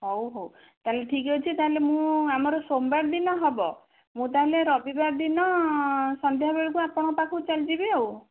ହଉ ହଉ ତା'ହେଲେ ଠିକ୍ ଅଛି ତା'ହେଲେ ମୁଁ ଆମର ସୋମବାର ଦିନ ହେବ ମୁଁ ତା'ହେଲେ ରବିବାର ଦିନ ସନ୍ଧ୍ୟାବେଳକୁ ଆପଣଙ୍କ ପାଖକୁ ଚାଲିଯିବି ଆଉ